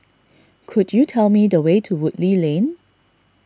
could you tell me the way to Woodleigh Lane